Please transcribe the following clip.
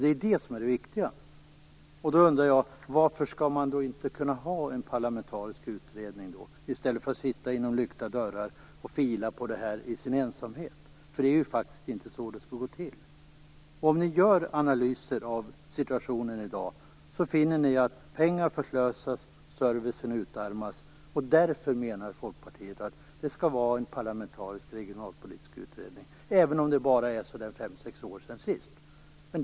Det är det som är det viktiga. Jag undrar varför man inte skall kunna ha en parlamentarisk utredning i stället för att sitta inom lyckta dörrar och fila på det här i sin ensamhet. Det är inte så det skall gå till. Om ni gör analyser av situationen i dag finner ni att pengar förslösas och servicen utarmas. Därför menar Folkpartiet att det skall vara en parlamentarisk regionalpolitisk utredning, även om det bara är fem sex år sedan sist.